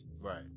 Right